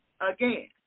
again